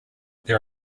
there